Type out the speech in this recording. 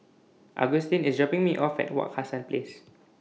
Agustin IS dropping Me off At Wak Hassan Place